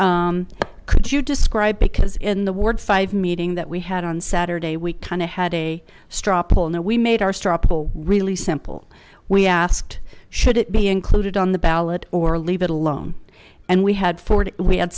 could you describe because in the ward five meeting that we had on saturday we kind of had a straw poll no we made our straw poll really simple we asked should it be included on the ballot or leave it alone and we had forty we had